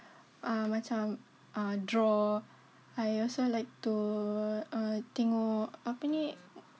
uh macam uh draw I also like to err tengok apa ni